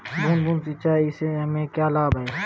बूंद बूंद सिंचाई से हमें क्या लाभ है?